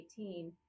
2018